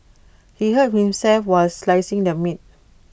he hurt himself while slicing the meat